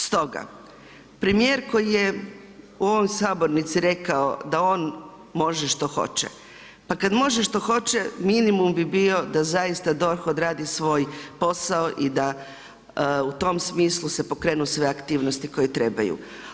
Stoga premijer koji je u ovoj sabornici rekao da on može što hoće, pa kada može što hoće minimum bi bio da zaista DORH odradi svoj posao i da u tom smislu se pokrenu sve aktivnosti koje trebaju.